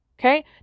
Okay